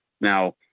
Now